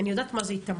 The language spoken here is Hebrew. אני יודעת מה זה התעמרות.